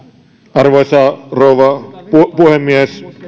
arvoisa rouva puhemies